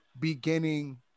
beginning